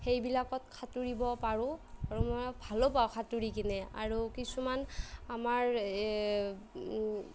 সেইবিলাকত সাঁতুৰিব পাৰোঁ আৰু মই ভালো পাওঁ সাঁতুৰি কিনে আৰু কিছুমান আমাৰ